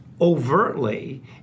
overtly